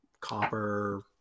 copper